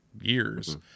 years